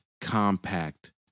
Compact